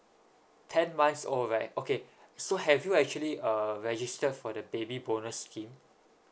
ten months old right okay so have you actually uh register for the baby bonus scheme